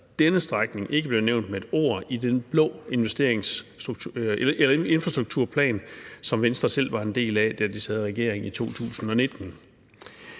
denne strækning ikke blev nævnt med et ord i den blå infrastrukturplan, som Venstre selv var en del af, da de sad i regering i 2019.